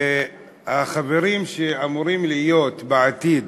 שהחברים שאמורים להיות בעתיד